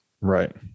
Right